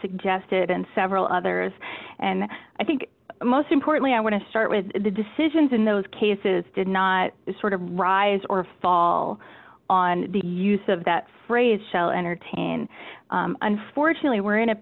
suggested and several others and i think most importantly i want to start with the decisions in those cases did not rise or fall on the use of that phrase shall entertain unfortunately we're in a